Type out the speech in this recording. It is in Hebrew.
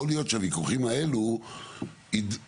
יכול להיות שהוויכוחים האלה יידרשו,